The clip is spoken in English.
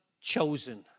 chosen